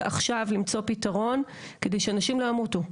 עכשיו למצוא פתרון כדי שאנשים לא ימותו.